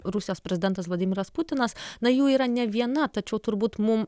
rusijos prezidentas vladimiras putinas na jų yra ne viena tačiau turbūt mum